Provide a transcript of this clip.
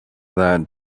that